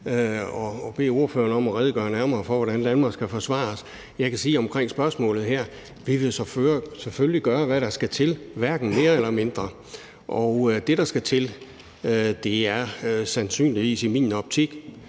og bede ordføreren redegøre nærmere for, hvordan Danmark skal forsvares. Jeg kan til spørgsmålet her sige, at vi selvfølgelig vil gøre, hvad der skal til – hverken mere eller mindre. Og det, der skal til, er i min optik